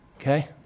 okay